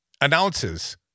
announces